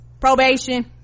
probation